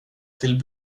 till